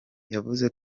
yavuze